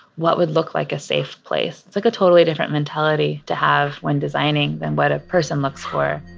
what would look like a safe place? it's like a totally different mentality to have when designing then what a person looks for